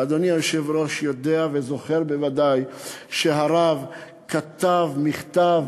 ואדוני היושב-ראש יודע וזוכר בוודאי שהרב כתב מכתב,